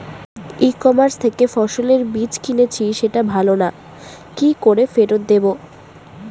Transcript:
ই commerce থেকে ফসলের বীজ কিনেছি সেটা ভালো না কি করে ফেরত দেব?